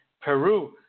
Peru